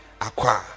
acquire